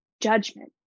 Judgment